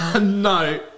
No